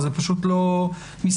זה פשוט לא מסתדר.